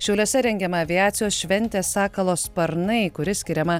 šiauliuose rengiama aviacijos šventė sakalo sparnai kuri skiriama